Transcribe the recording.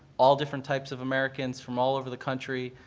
all different types of americans from all over the country.